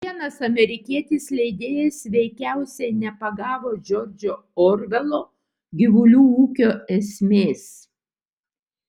vienas amerikietis leidėjas veikiausiai nepagavo džordžo orvelo gyvulių ūkio esmės